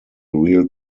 real